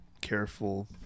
careful